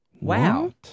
Wow